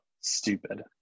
stupid